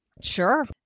Sure